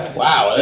wow